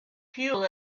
fuel